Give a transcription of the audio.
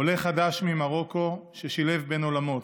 עולה חדש ממרוקו ששילב בין העולמות.